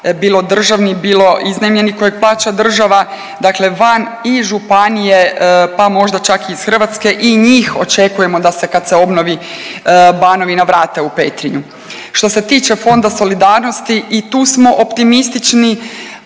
bilo državni, bilo iznajmljeni kojeg plaća država. Dakle van i županije, pa možda čak i iz Hrvatske. I njih očekujemo da se kad se obnovi Banovina vrate u Petrinju. Što se tiče Fonda solidarnosti i tu smo optimistični.